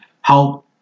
help